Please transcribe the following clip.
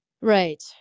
right